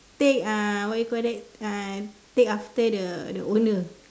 take uh what you call that uh take after the the owner